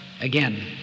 again